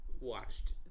Watched